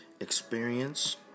experience